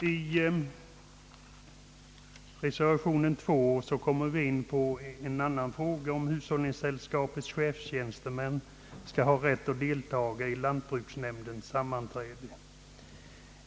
I reservation 2 upptas frågan om chefstjänstemannen vid hushållningssällskap skall äga rätt att delta i lantbruksnämnds sammanträde.